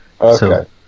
Okay